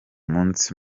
munsi